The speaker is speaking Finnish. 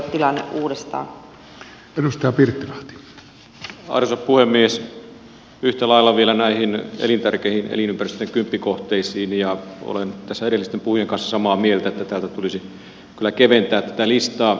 yhtä lailla puutun vielä näihin elintärkeihin elinympäristöjen kymppikohteisiin ja olen tässä edellisten puhujien kanssa samaa mieltä että täältä tulisi kyllä keventää tätä listaa